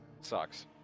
sucks